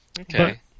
Okay